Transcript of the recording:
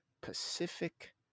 Pacific